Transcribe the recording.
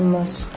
नमस्कार